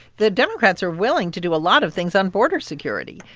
the democrats are willing to do a lot of things on border security.